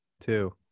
two